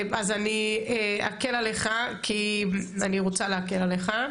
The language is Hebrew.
אז אני אקל עליך כי אני רוצה להקל עליך,